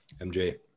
MJ